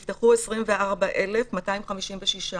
סך הכול נפתחו 24,256 תיקים